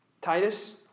Titus